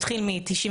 זה התחיל מ-1992,